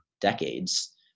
decades